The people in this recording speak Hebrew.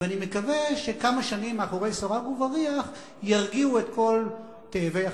ואני מקווה שכמה שנים מאחורי סורג ובריח ירגיעו את כל תאבי החשיפה.